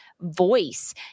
voice